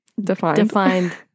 defined